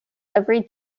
every